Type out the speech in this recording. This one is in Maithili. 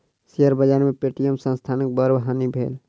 शेयर बाजार में पे.टी.एम संस्थानक बड़ हानि भेल